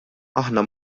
aħna